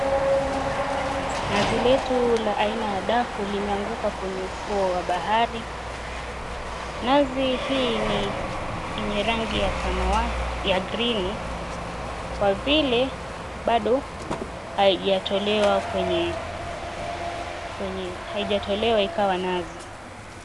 Nazi letu la aina ya dafu limeanguka kwenye ufuo wa bahari. Nazi hii ni yenye rangi ya green kwa vile bado haijatolewa ikawa nazi.